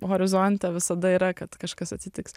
horizonte visada yra kad kažkas atsitiks